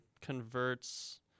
converts